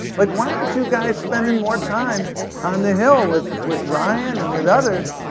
like why aren't you guys spending more time on the hill with with ryan, and with others